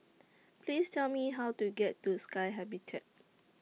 Please Tell Me How to get to Sky Habitat